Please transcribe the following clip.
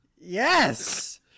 Yes